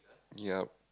yup